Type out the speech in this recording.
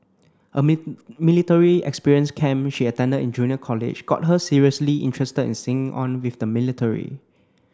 a military experience camp she attended in junior college got her seriously interested in signing on with the military